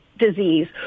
disease